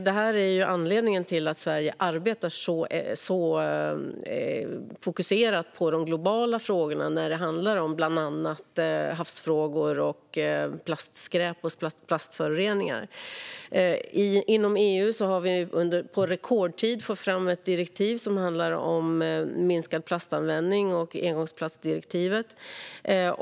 Detta är anledningen till att Sverige arbetar så fokuserat med de globala frågorna, bland annat havsfrågor samt plastskräp och plastföroreningar. Inom EU har vi på rekordtid fått fram ett direktiv som handlar om minskad plastanvändning, engångsplastdirektivet.